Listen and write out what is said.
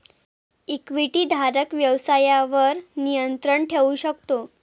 इक्विटीधारक व्यवसायावर नियंत्रण ठेवू शकतो